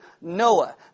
Noah